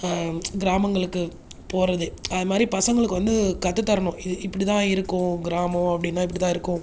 கிராமங்களுக்கு போகிறது அது மாதிரி பசங்களுக்கு வந்து கற்று தரணும் இது இப்படித்தான் இருக்கும் கிராமம் அப்படின்னா இப்படி தான் இருக்கும்